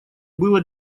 было